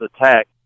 attack